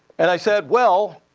and i said, well,